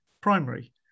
primary